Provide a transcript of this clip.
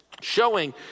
showing